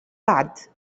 بعد